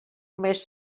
més